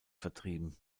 vertrieben